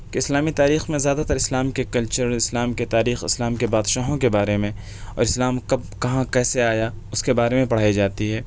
کہ اسلامی تاریخ میں زیادہ تر اسلام کے کلچر اسلام کے تاریخ اسلام کے بادشاہوں کے بارے میں اور اسلام کب کہاں کیسے آیا اُس کے بارے میں پڑھائی جاتی ہے